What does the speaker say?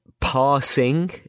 passing